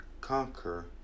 conquer